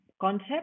concept